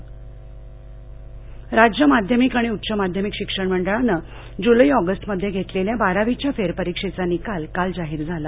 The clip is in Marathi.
फेरपरीक्षा निकालः राज्य माध्यमिक आणि उच्च माध्यमिक शिक्षण मंडळानं जुलै ऑगस्टमध्ये घेतलेल्या बारावीच्या फेरपरीक्षेचा निकाल काल जाहीर झाला